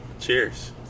Cheers